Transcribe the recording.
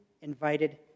invited